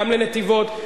גם לנתיבות,